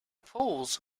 poles